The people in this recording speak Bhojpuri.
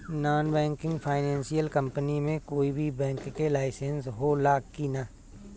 नॉन बैंकिंग फाइनेंशियल कम्पनी मे कोई भी बैंक के लाइसेन्स हो ला कि ना?